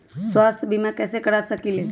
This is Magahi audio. स्वाथ्य बीमा कैसे करा सकीले है?